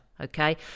Okay